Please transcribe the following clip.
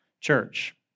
church